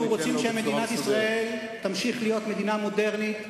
אנחנו רוצים שמדינת ישראל תמשיך להיות מדינה מודרנית,